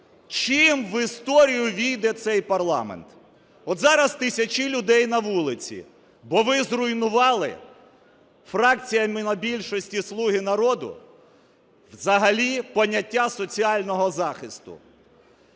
чим в історію ввійде цей парламент. Зараз тисячі людей на вулиці, бо ви зруйнували, фракція монобільшості "слуги народу", взагалі поняття соціального захисту.